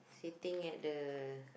sitting at the